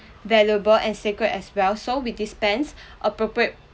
valuable and sacred as well so we dispense appropriate